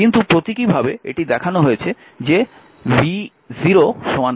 কিন্তু শুধু প্রতীকীভাবে এটি দেখানো হয়েছে যে v0 2 vx